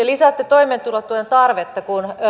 lisäätte toimeentulotuen tarvetta kun